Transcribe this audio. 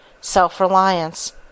self-reliance